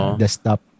desktop